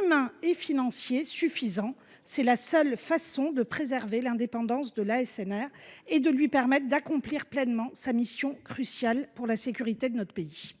humains et financiers suffisants. C’est la seule façon de préserver l’indépendance de l’ASNR et de lui permettre d’accomplir pleinement sa mission cruciale pour la sécurité de notre pays.